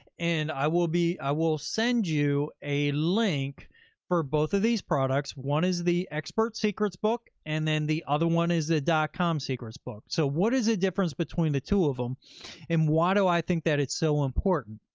and i will be, i will send you a link for both of these products. one is the expert secrets book, and then the other one is the dotcom secrets book. so what is the difference between the two of them and why do i think that it's so important?